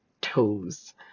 toes